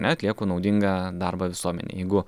ne atlieku naudingą darbą visuomenėj jeigu